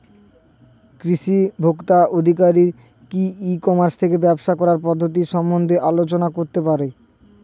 কৃষি ভোক্তা আধিকারিক কি ই কর্মাস থেকে ব্যবসা করার পদ্ধতি সম্বন্ধে আলোচনা করতে পারে?